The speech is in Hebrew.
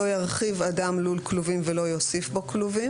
"לא ירחיב אדם לול כלובים ולא יוסיף בו כלובים